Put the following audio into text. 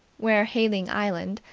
where hayling island,